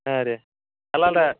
ಹಾಂ ರೀ ಅಲ್ಲ ಅಲ್ಲ